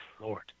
Lord